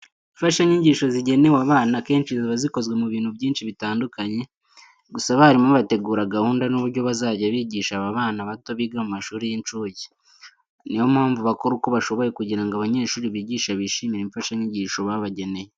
Imfashanyigisho zigenewe abana akenshi ziba zikozwe mu bintu byinshi bitandukanye. Gusa abarimu bategura gahunda n'uburyo bazajya bigisha aba bana bato biga mu mashuri y'incuke. Ni yo mpamvu bakora uko bashoboye kugira ngo abanyeshuri bigisha bishimire imfashanyigisho babageneye.